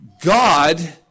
God